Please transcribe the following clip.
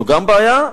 גם זו בעיה,